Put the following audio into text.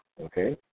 Okay